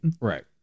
Right